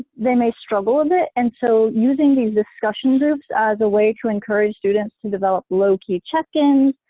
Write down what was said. they may struggle a bit, and so using these discussion groups as a way to encourage students to develop low-key check-ins,